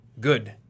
good